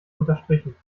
unterstrichen